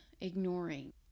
ignoring